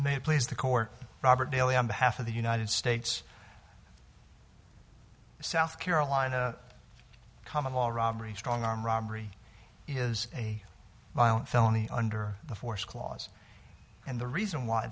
may please the court robert daly on behalf of the united states south carolina come all robbery strong arm robbery is a violent felony under the force clause and the reason why